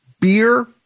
beer